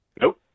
Nope